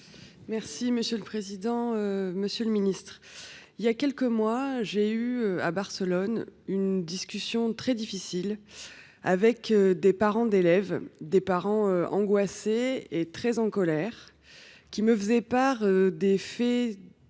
Français de l’étranger. Monsieur le ministre, voilà quelques mois, j’ai eu à Barcelone une discussion très difficile avec les parents d’une élève – des parents angoissés et très en colère –, qui me faisaient part des faits